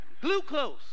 Glucose